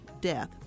death